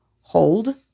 hold